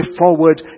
forward